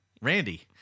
Randy